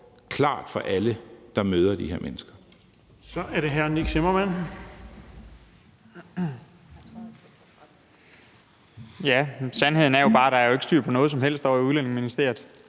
klart for alle, der møder de her mennesker.